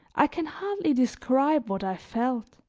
i can hardly describe what i felt